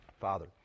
Father